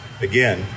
Again